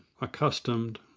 accustomed